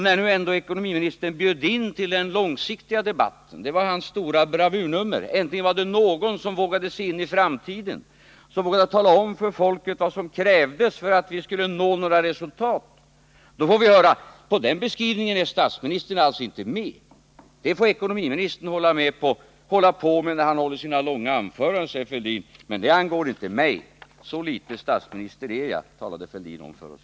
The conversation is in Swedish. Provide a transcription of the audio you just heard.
När nu ekonomiministern bjöd in till den långsiktiga debatten — det var hans stora bravurnummer, äntligen var det någon som vågade se in i framtiden och tala om för folket vad som krävdes för att nå resultat — så får vi höra att statsministern inte är införstådd med den beskrivningen. Sådana beskrivningar får ekonomiministern göra i sina långa anföranden, de angår inte mig, säger han. Så litet statsminister är jag, talar Thorbjörn Fälldin om för oss.